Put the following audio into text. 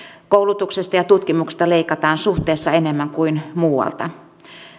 koulutuksesta ja tutkimuksesta leikataan suhteessa enemmän kuin muualta